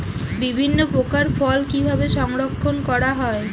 বিভিন্ন প্রকার ফল কিভাবে সংরক্ষণ করা হয়?